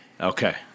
Okay